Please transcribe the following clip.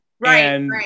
Right